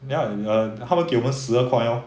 ya err 他们给我们十二块咯